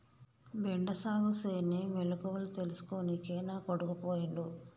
బెండ సాగుసేనే మెలకువల తెల్సుకోనికే నా కొడుకు పోయిండు